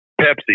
Pepsi